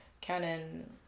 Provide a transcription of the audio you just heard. Canon